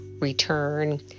return